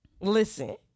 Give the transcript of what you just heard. listen